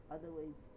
Otherwise